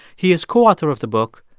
he is co-author of the book,